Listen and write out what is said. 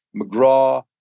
McGraw